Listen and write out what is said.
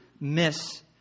miss